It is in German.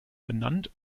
benannt